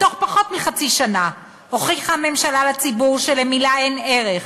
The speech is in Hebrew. בתוך פחות מחצי שנה הוכיחה הממשלה לציבור שלמילה אין ערך,